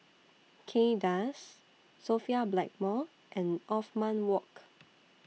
Kay Das Sophia Blackmore and Othman Wok